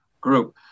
group